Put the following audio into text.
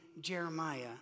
Jeremiah